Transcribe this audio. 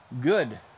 good